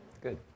good